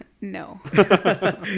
No